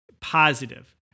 positive